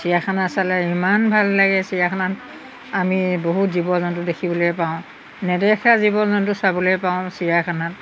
চিৰিয়াখানা চালে ইমান ভাল লাগে চিৰিয়াখানাত আমি বহুত জীৱ জন্তু দেখিবলৈ পাওঁ নেদেখা জীৱ জন্তু চাবলৈ পাওঁ চিৰিয়াখানাত